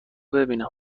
ببینم